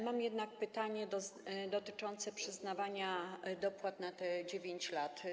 Mam jednak pytanie dotyczące przyznawania dopłat na te 9 lat.